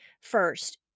first